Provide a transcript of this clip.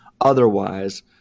otherwise